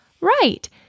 Right